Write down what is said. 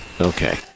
Okay